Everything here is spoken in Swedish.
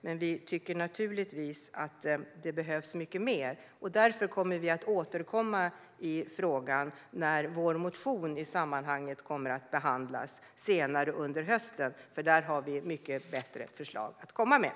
Men vi tycker naturligtvis att det behövs mycket mer. Därför återkommer vi i frågan när vår motion behandlas senare under hösten, för där har vi mycket bättre förslag att komma med.